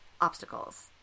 obstacles